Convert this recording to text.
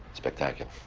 spectacular.